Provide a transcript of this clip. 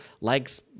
likes